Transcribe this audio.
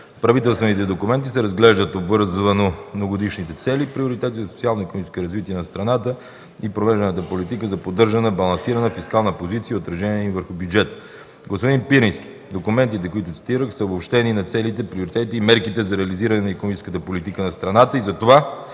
правителствените документи се разглеждат обвързано многогодишните цели и приоритети за социално-икономическо развитие на страната и провежданата политика за поддържане на балансирана фискална позиция и отражението й върху бюджета. Господин Пирински, документите, които цитирам, са обобщение на целите, приоритетите и мерките за реализиране на икономическата политика на страната. Затова